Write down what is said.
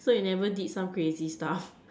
so you never did some crazy stuff